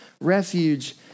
refuge